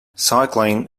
cycling